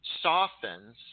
softens